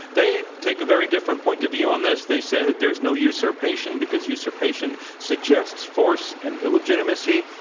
they take a very different point of view on this. they say that there is no usurpation because usurpation suggests force and illegitimacy.